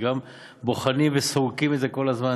וגם בוחנים וסורקים את זה כל הזמן,